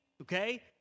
okay